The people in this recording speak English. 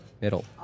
middle